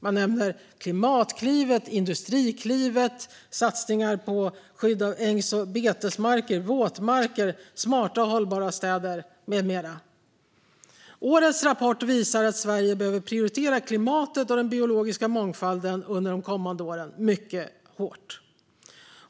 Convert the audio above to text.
De nämner Klimatklivet, Industriklivet, satsningar på skydd av ängs och betesmarker, våtmarker, smarta och hållbara städer med mera. Årets rapport visar att Sverige behöver prioritera klimatet och den biologiska mångfalden mycket hårt under de kommande åren.